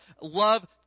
Love